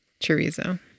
Chorizo